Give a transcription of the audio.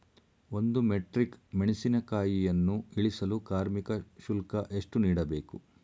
ಒಂದು ಮೆಟ್ರಿಕ್ ಮೆಣಸಿನಕಾಯಿಯನ್ನು ಇಳಿಸಲು ಕಾರ್ಮಿಕ ಶುಲ್ಕ ಎಷ್ಟು ನೀಡಬೇಕು?